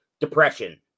depression